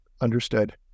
understood